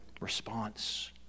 response